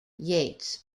yates